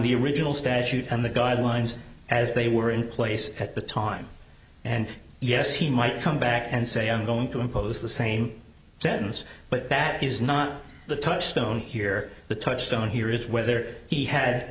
the original statute and the guidelines as they were in place at the time and yes he might come back and say i'm going to impose the same sentence but that is not the touchstone here the touchstone here is whether he had